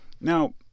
Now